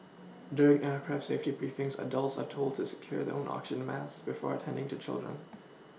during aircraft safety briefings adults are told to secure their own oxygen masks before attending to children